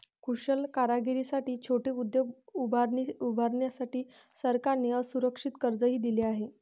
कुशल कारागिरांसाठी छोटे उद्योग उभारण्यासाठी सरकारने असुरक्षित कर्जही दिले आहे